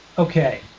Okay